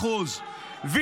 8%. למה אתה,